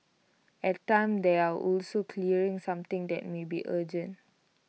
at times they are also clearing something that may be urgent